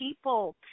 people